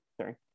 sorry